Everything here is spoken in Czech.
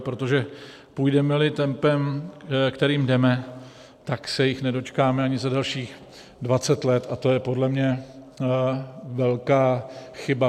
Protože půjdemeli tempem, kterým jdeme, tak se jich nedočkáme ani za dalších dvacet let a to je podle mě velká chyba.